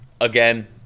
Again